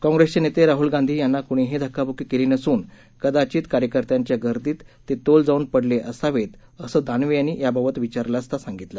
काँग्रेसचे नेते राहल गांधी यांना क्णीही धक्काबुक्की केली नसून कदाचित कार्यकत्यांच्या गर्दीत ते तोल जाऊन पडले असावेत असं दानवे यांनी याबाबत विचारलं असता सांगितलं